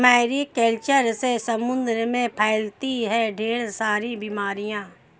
Mary culture से समुद्र में फैलती है ढेर सारी बीमारियां